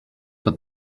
but